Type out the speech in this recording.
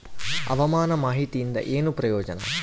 ಹವಾಮಾನ ಮಾಹಿತಿಯಿಂದ ಏನು ಪ್ರಯೋಜನ?